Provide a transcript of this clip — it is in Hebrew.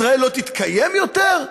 ישראל לא תתקיים יותר?